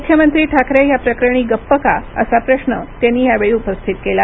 मुख्यमंत्री ठाकरे या प्रकरणी गप्प का असा प्रश्न त्यांनी यावेळी उपस्थित केला